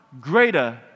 greater